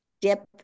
dip